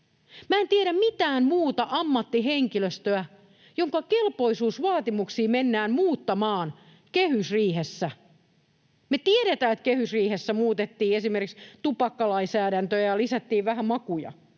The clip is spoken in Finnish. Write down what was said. en tiedä mitään muuta ammattihenkilöstöä, jonka kelpoisuusvaatimuksia mennään muuttamaan kehysriihessä. Me tiedetään, että kehysriihessä muutettiin esimerkiksi tupakkalainsäädäntöä ja lisättiin vähän makuja,